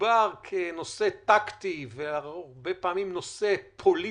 מדובר כנושא טקטי והרבה פעמים נושא פוליטי.